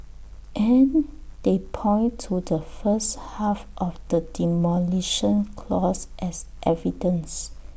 and they point to the first half of the Demolition Clause as evidence